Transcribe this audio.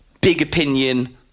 big-opinion